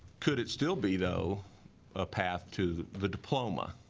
could it still be though a path to the diploma